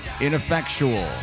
ineffectual